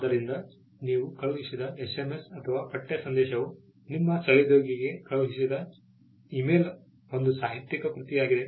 ಆದ್ದರಿಂದ ನೀವು ಕಳುಹಿಸಿದ SMS ಅಥವಾ ಪಠ್ಯ ಸಂದೇಶವು ನಿಮ್ಮ ಸಹೋದ್ಯೋಗಿಗೆ ಕಳುಹಿಸಿದ ಇಮೇಲ್ ಒಂದು ಸಾಹಿತ್ಯಿಕ ಕೃತಿಯಾಗಿದೆ